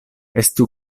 estu